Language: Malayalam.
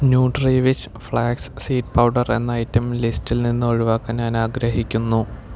ന്യൂട്രിവിഷ് ഫ്ളാക്സ് സീഡ് പൗഡർ എന്ന ഐറ്റം ലിസ്റ്റിൽ നിന്ന് ഒഴിവാക്കാൻ ഞാൻ ആഗ്രഹിക്കുന്നു